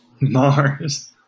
Mars